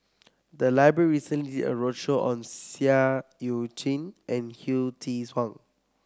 the library recently a roadshow on Seah Eu Chin and Hsu Tse Kwang